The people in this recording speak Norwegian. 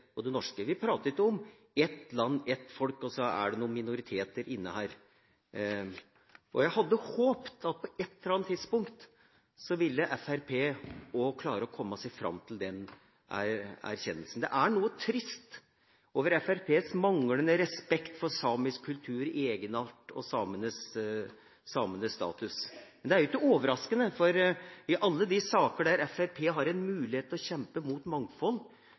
og det norske. Vi prater ikke om ett land og ett folk, og så er det noen minoriteter inne her. Jeg hadde håpet at på et eller annet tidspunkt ville Fremskrittspartiet også klare å komme fram til den erkjennelsen. Det er noe trist over Fremskrittspartiets manglende respekt for samisk kultur og egenart og samenes status. Men det er ikke overraskende, for i alle de saker der Fremskrittspartiet har en mulighet til å kjempe mot mangfold,